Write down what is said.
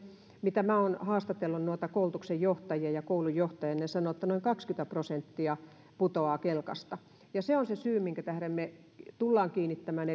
mitä minä olen haastatellut koulutuksenjohtajia ja koulunjohtajia niin he sanovat noin kaksikymmentä prosenttia putoaa kelkasta ja se on se syy minkä tähden me tulemme kiinnittämään